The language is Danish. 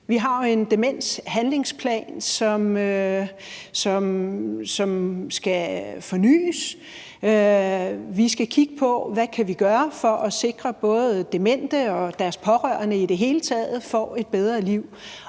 Vi har en demenshandlingsplan, som skal fornyes. Vi skal kigge på, hvad vi kan gøre for at sikre, at både demente og deres pårørende i det hele taget får et bedre liv.